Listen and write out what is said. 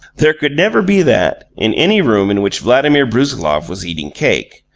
there could never be that in any room in which vladimir brusiloff was eating cake.